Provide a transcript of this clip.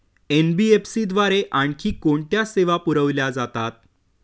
NBFC द्वारे आणखी कोणत्या सेवा पुरविल्या जातात?